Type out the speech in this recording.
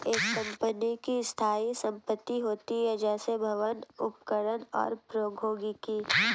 एक कंपनी की स्थायी संपत्ति होती हैं, जैसे भवन, उपकरण और प्रौद्योगिकी